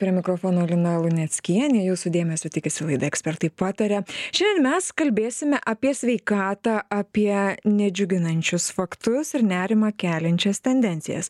prie mikrofono lina luneckienė jūsų dėmesio tikisi laida ekspertai pataria šiandien mes kalbėsime apie sveikatą apie nedžiuginančius faktus ir nerimą keliančias tendencijas